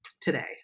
today